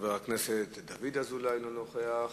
חבר הכנסת דוד אזולאי, לא נוכח.